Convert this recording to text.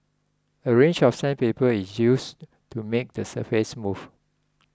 a range of sandpaper is used to make the surface smooth